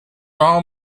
our